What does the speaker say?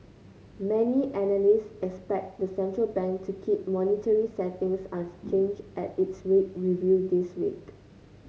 many analysts expect the central bank to keep monetary settings unchanged at its rate review this week